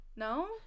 No